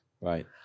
Right